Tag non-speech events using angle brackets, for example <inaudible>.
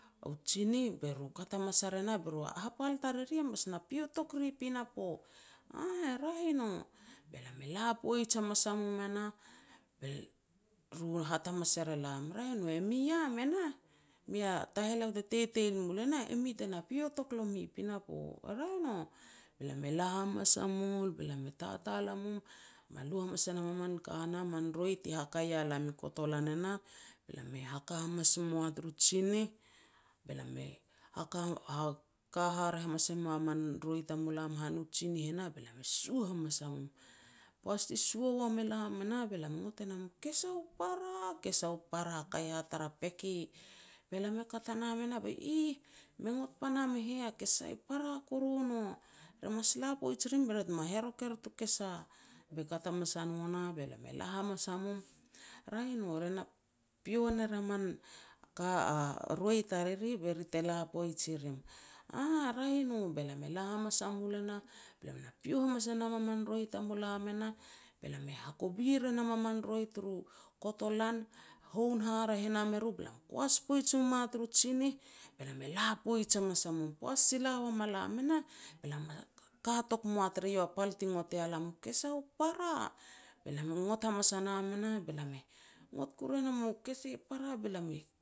u tsinih, be ru kat hamas ar e nah be ru, "Hapal tariri mas na pio tok ri pinapo", "Aah, e raeh e no." Be lam e la poij hamas a mum e na be ru nat hamas er elam, "Raeh i no e mi iam enah, mi a taheleo te teteil i mul, e mi tana pio tok lomi pinapo." "Raeh i no." Be lam e la hamas a mul be lam e tatal a mum, me lu hamas e nam a man ka nah, man roi ti haka ia lam i kotolan e nah, be lam haka hamas moa tur tsinih, be lam e haka <hesitation> haka haraeh hamas e moa man roi tamulam han u tsinih e nah, be lam e sua hamas a mum. Poaj ti sua wama lam e nah be lam e ngot e nam u kesa u para, kesa u para kaia tara peke, be lam e kat a nam e nah be, "Iih!, me ngot panam e heh a kesa para koru no, re mas la poij i rim be ri tem herok er tu kesu." Be kat hamas a no nah, be lam e la hamas a mum, "Raeh i no, re na pio ner a man ka a <hesitation> roi tariri be ri te la poij i rim", "Aah, raeh i no." Be lam e la hamas a mul e nah, be lam na pio hamas ne nam a man roi tamulam e nah, be lam hakovi re nam a man roi turu kotolan, houn haraeh e nam eru, be lam koas poij mum a turu tsinih, be lam e la poij hamas a mum. Poaj ti la wam a lam e nah, be lam na katok moa tere eiou a pat ti ngot ya lam u kesa u para. Be lam e ngot hamas a nam e nah, be lam e ngot kuru e nam u kesa para be lam i